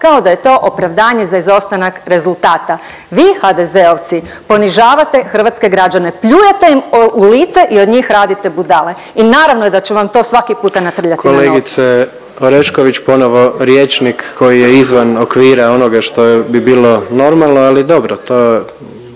kao da je to opravdanje za izostanak rezultata. Vi HDZ-ovci ponižavate hrvatske građane, pljujete im u lice i od njih radite budale i naravno da ću vam to svaki puta natrljati na nos. **Jandroković, Gordan (HDZ)** Kolegice Orešković, ponovo rječnik koji je izvan okvira onoga što bi bilo normalno, ali dobro, to,